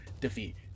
defeat